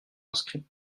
inscrits